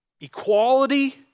equality